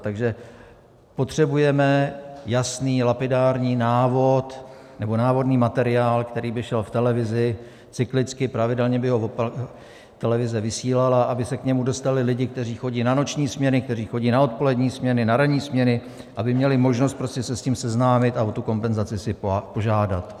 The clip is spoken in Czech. Takže potřebujeme jasný, lapidární návod nebo návodný materiál, který by šel v televizi cyklicky, pravidelně by ho televize vysílala, aby se k němu dostali lidi, kteří chodí na noční směny, kteří chodí na odpolední směny, na ranní směny, aby měli možnost se s tím seznámit a o kompenzaci si požádat.